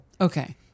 Okay